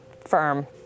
firm